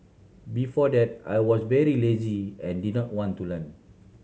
before that I was very lazy and didn't want to learn